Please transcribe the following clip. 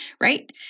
right